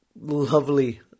lovely